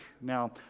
Now